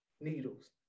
Needles